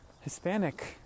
Hispanic